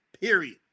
period